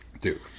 Duke